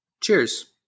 cheers